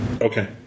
Okay